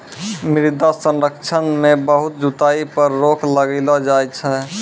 मृदा संरक्षण मे बहुत जुताई पर रोक लगैलो जाय छै